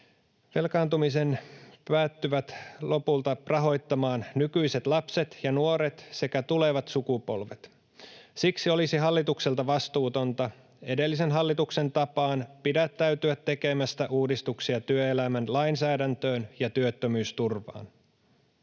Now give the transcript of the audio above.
velkaantumisen päätyvät lopulta rahoittamaan nykyiset lapset ja nuoret sekä tulevat sukupolvet. Siksi olisi hallitukselta vastuutonta, edellisen hallituksen tapaan, pidättäytyä tekemästä uudistuksia työelämän lainsäädäntöön ja työttömyysturvaan.